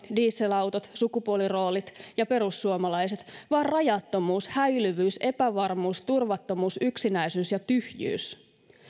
dieselautot sukupuoliroolit ja perussuomalaiset vaan rajattomuus häilyvyys epävarmuus turvattomuus yksinäisyys ja tyhjyys